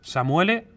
Samuele